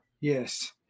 yes